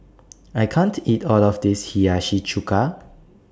I can't eat All of This Hiyashi Chuka